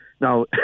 Now